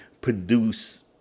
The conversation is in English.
produce